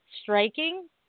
striking